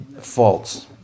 faults